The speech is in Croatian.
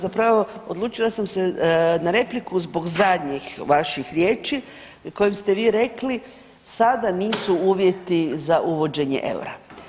Zapravo odlučila sam se na repliku zbog zadnjih vaših riječi kojim ste vi rekli sada nisu uvjeti za uvođenje eura.